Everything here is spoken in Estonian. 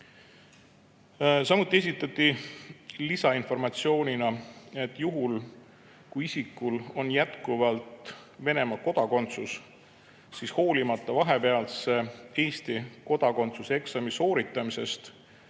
Samuti esitati lisainformatsioonina, et juhul kui isikul on jätkuvalt Venemaa kodakondsus, siis hoolimata vahepeal Eesti kodakondsuse eksami sooritamisest,